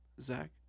Zach